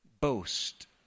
boast